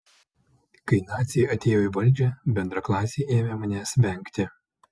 kai naciai atėjo į valdžią bendraklasiai ėmė manęs vengti